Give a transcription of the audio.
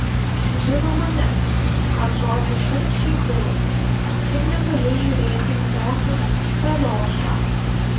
žinoma ne atšovė šiurkščiai bilas tik negaliu žiūrėti į tokį kaliošą